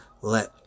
let